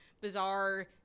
bizarre